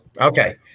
okay